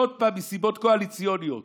עוד פעם מסיבות קואליציוניות,